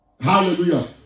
hallelujah